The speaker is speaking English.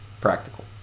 practical